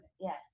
yes